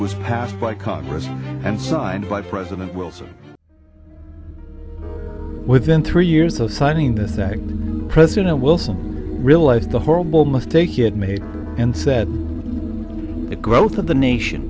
was passed by congress and signed by president wilson within three years of signing this act president wilson realized the horrible mistake he had made and so that the growth of the nation